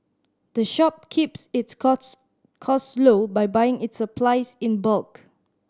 the shop keeps its costs costs low by buying its supplies in bulk